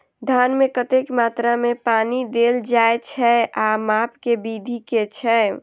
धान मे कतेक मात्रा मे पानि देल जाएँ छैय आ माप केँ विधि केँ छैय?